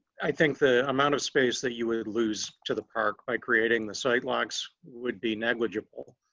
i think the amount of space that you would lose to the park by creating the site locks would be negligible.